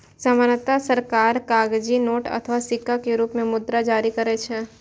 सामान्यतः सरकार कागजी नोट अथवा सिक्का के रूप मे मुद्रा जारी करै छै